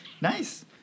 nice